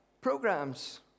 programs